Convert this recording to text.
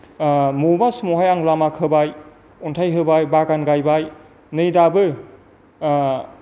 बबेबा समावहाय आं लामा खोबाय अन्थाइ होबाय बागान गायबाय नै दाबो